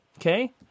okay